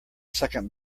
second